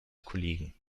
kollegen